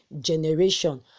generation